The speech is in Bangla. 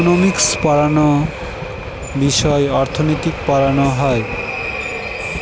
ইকোনমিক্স পড়াশোনা বিষয়ে অর্থনীতি পড়ানো হয়